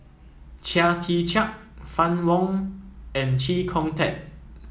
Chia Tee Chiak Fann Wong and Chee Kong Tet